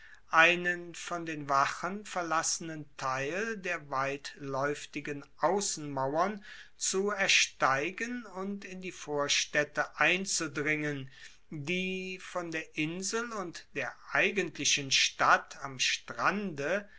einen von den wachen verlassenen teil der weitlaeuftigen aussenmauern zu ersteigen und in die vorstaedte einzudringen die von der insel und der eigentlichen stadt am strande